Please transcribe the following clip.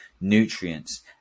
nutrients